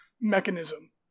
mechanism